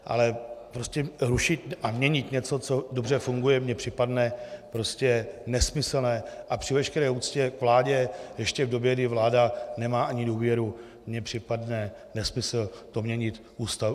Ale prostě rušit a měnit něco, co dobře funguje, mi připadá prostě nesmyslné a při veškeré úctě k vládě ještě v době, kdy vláda nemá ani důvěru, mi připadne nesmysl to měnit novelou Ústavy.